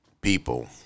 people